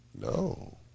No